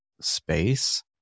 space